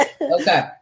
Okay